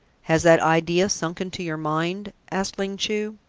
has that idea sunk into your mind? asked ling chu.